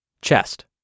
Chest